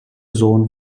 sohn